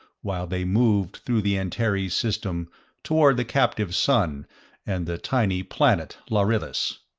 while they moved through the antares system toward the captive sun and the tiny planet lharillis.